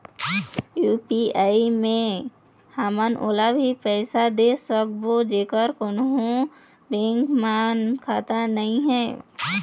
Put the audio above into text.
UPI मे हमन ओला भी पैसा दे सकबो जेकर कोन्हो बैंक म खाता नई हे?